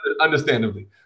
understandably